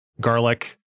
garlic